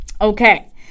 Okay